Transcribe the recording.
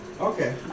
Okay